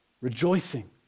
rejoicing